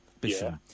Bishop